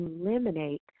eliminate